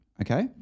okay